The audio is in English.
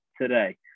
today